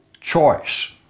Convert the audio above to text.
choice